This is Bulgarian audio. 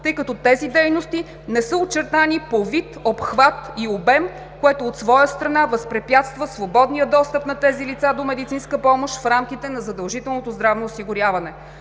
тъй като тези дейности не са очертани по вид, обхват и обем, което от своя страна възпрепятства свободния достъп на тези лица до медицинска помощ в рамките на задължителното здравно осигуряване.